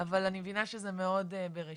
אבל אני מבינה שזה מאוד בראשיתו.